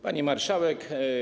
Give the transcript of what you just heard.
Pani Marszałek!